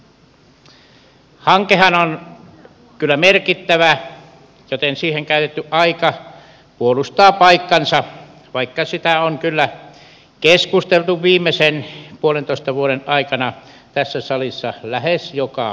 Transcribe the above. hankehan on kyllä merkittävä joten siihen käytetty aika puolustaa paikkaansa vaikka siitä on kyllä keskusteltu viimeisen puolentoista vuoden aikana tässä salissa lähes joka viikko